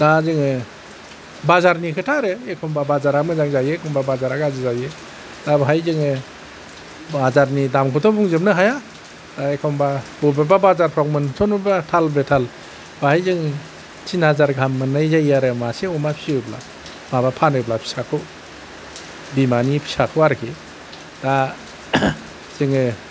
दा जोङो बाजारनि खोथा आरो एखनबा बाजारआ मोजां जायो एखनबा बाजारआ गाज्रि जायो दा बेहाय जोङो बाजारनि दामखौथ' बुंजोबनो हाया एखनबा बबेबा बाजारफ्राव मोनस'नोबा थाल बेथाल बाहाय जोङो थिन हाजार गाहाम मोननाय जायो आरो मासे अमा फिसियोब्ला माबा फानोब्ला फिसाखौ बिमानि फिसाखौ आरोखि दा जोङो